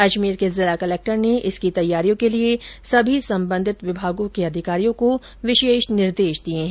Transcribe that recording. अजमेर के जिला कलक्टर ने इसकी तैयारियों के लिए सभी संबंधित विभागों के अधिकारियों को विशेष निर्देश दिये हैं